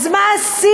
אז מה עשיתם?